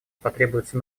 потребуются